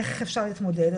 איך אפשר להתמודד,